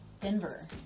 denver